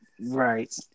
Right